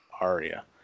Aria